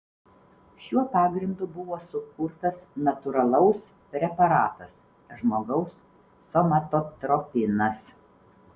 šiuo pagrindu buvo sukurtas natūralaus preparatas žmogaus somatotropinas